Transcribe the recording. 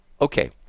okay